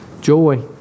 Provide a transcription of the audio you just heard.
joy